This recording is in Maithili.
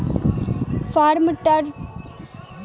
फार्म ट्रकक उपयोग बड़का बड़का किसान सभ करैत छथि